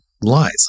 lies